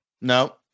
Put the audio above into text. No